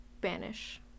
banish